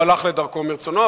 והוא הלך לדרכו מרצונו,